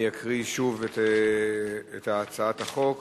אני אקריא שוב את הצעת החוק: